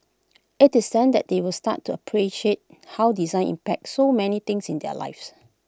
IT is then that they will start to appreciate how design impacts so many things in their lives